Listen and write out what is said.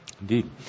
Indeed